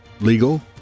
legal